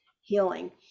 healing